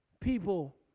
people